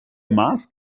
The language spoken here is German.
maß